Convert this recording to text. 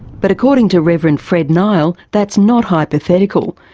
but according to reverend fred nile, that's not hypothetical.